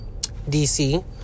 DC